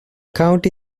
county